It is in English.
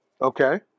Okay